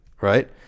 right